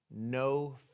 no